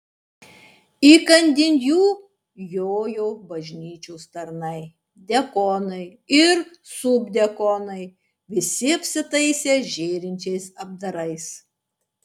įkandin jų jojo bažnyčios tarnai diakonai ir subdiakonai visi apsitaisę žėrinčiais apdarais